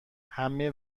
همه